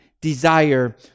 desire